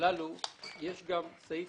הללו יש גם סעיף